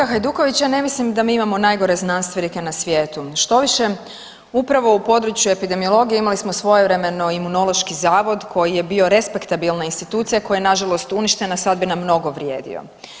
Kolega Hajduković, ja ne mislim da mi imamo najgore znanstvenike na svijetu, štoviše upravo u području epidemiologije imali smo svojevremeno Imunološki zavod koji je bio respektabilna institucija koja je nažalost uništena, sad bi nam mnogo vrijedio.